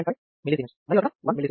5 mS మరియు అక్కడ 1 mS